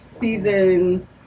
season